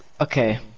Okay